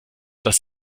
dass